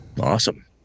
Awesome